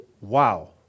wow